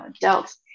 dealt